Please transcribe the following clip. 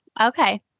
Okay